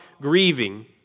grieving